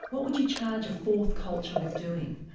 what would you charge a fourth culture with doing?